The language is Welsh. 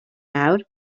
nawr